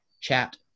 chat